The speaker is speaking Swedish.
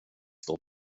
står